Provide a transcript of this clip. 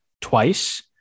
twice